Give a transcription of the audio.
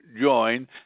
join